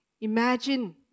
Imagine